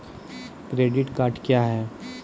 Credit card क्या हैं?